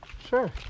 Sure